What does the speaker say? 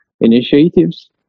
initiatives